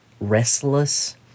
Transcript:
Restless